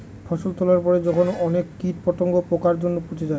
ফসল তোলার পরে যখন অনেক কীট পতঙ্গ, পোকার জন্য পচে যায়